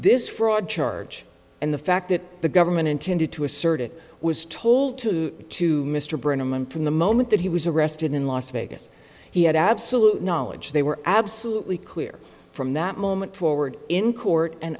this fraud charge and the fact that the government intended to assert it was told to to mr burnham and from the moment that he was arrested in las vegas he had absolute knowledge they were absolutely clear from that moment forward in court and